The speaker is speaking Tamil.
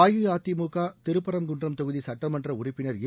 அஇஅதிமுக திருப்பரங்குன்றம் தொகுதி சுட்டமன்ற உறுப்பினர் ஏ